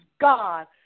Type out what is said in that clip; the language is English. God